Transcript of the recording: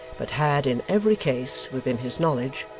but had, in every case, within his knowledge,